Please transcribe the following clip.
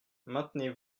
maintenez